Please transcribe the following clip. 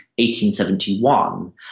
1871